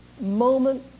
moment